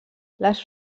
les